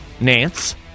Nance